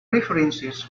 references